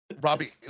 Robbie